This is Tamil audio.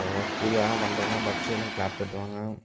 யோகா ஸ்கூல்லெலாம் நான் பண்ணுறதெல்லாம் பார்த்து எல்லாம் க்ளாப் தட்டுவாங்க